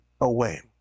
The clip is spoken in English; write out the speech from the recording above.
away